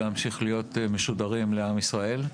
13:14.)